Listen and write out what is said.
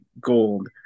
gold